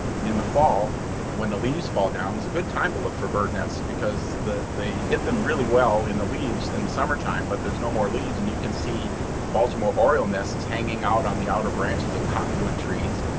in the fall when the leaves fall down is a good time to look for bird nests because they hid them really well in the leaves in the summer time, but there's no more leaves and you can see baltimore oriole nests hanging out on the outer branches of cottonwood trees.